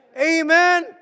Amen